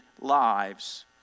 lives